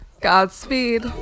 Godspeed